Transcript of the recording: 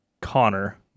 Connor